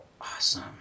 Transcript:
Awesome